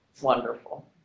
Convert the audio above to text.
wonderful